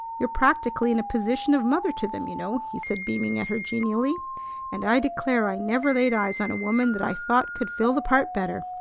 you're practically in a position of mother to them, you know, he said, beaming at her genially and i declare i never laid eyes on a woman that i thought could fill the part better!